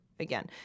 again